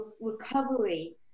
recovery